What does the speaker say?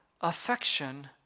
affection